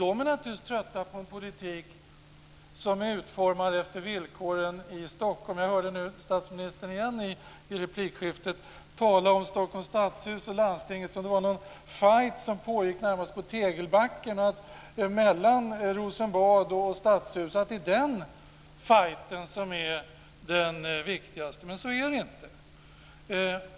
De är naturligtvis trötta på en politik som är utformad efter villkoren i Stockholm. Jag hörde statsministern i replikskiftet tala igen om Stockholms stadshus och landstinget, som om det var någon fajt som pågick på Tegelbacken, mellan Rosenbad och Stadshuset, och som om den fajten var det viktigaste. Så är det inte.